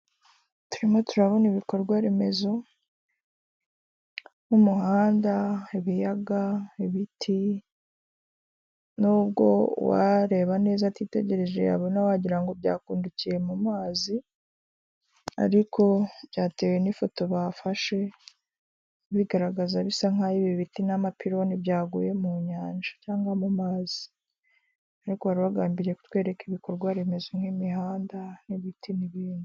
Turimo turabona ibikorwaremezo nk'umuhanda, ibiyaga, ibiti n'ubwo uwareba neza atitegereje yabona wagirango ngo byakundukiye mu mazi, ariko byatewe n'ifoto bafashe bigaragaza bisa nk'aho ibi biti n'amapironi byaguye mu nyanja cyangwa mu mazi. Ariko bari bagambiriye kutwereka ibikorwa remezo nk'imihanda, n'ibiti n'ibindi.